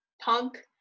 punk